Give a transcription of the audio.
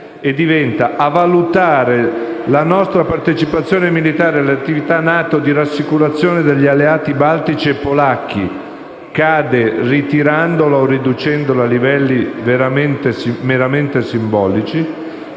concernente la nostra partecipazione militare alle attività NATO di rassicurazione degli alleati baltici e polacchi, ritirandola o riducendola a livelli veramente simbolici;